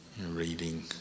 reading